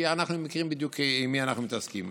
כי אנחנו מכירים בדיוק עם מי אנחנו מתעסקים,